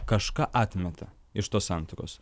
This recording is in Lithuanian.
kažką atmeta iš tos santuokos